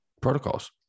protocols